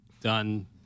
done